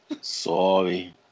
Sorry